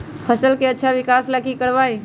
फसल के अच्छा विकास ला की करवाई?